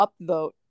upvote